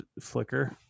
flicker